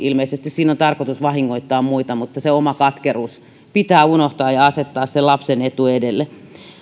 ilmeisesti siinä on tarkoitus vahingoittaa muita mutta se oma katkeruus pitää unohtaa ja asettaa sen lapsen etu edelle